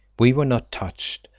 we were not touched,